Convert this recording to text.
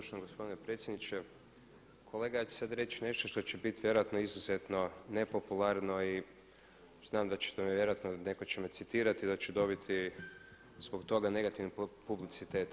Poštovani gospodine predsjedniče, kolega ja ću sad reći nešto što će bit vjerojatno izuzetno nepopularno i znam da ćete me vjerojatno, netko će me citirati da ću dobiti zbog toga negativni publicitet.